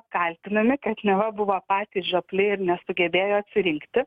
apkaltinami kad neva buvo patys žiopli ir nesugebėjo atsirinkti